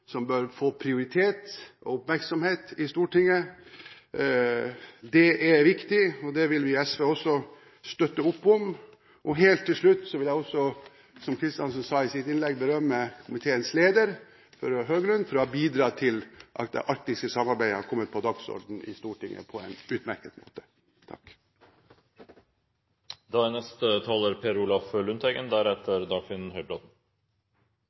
som bør få prioritet og oppmerksomhet i Stortinget. Det er viktig, og det vil vi i SV også støtte opp om. Helt til slutt vil jeg også, i likhet med representanten Kristiansen, berømme komiteens leder, Morten Høglund, for å ha bidratt til at det arktiske samarbeidet på en utmerket måte har kommet på dagsordenen i Stortinget. Det nordiske samarbeidet er først og fremst naturlig. Ved at det er